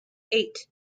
eight